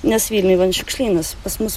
nes vilniuj šiukšlynas pas mus